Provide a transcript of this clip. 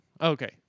Okay